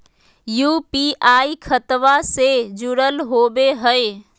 UPI खतबा से जुरल होवे हय?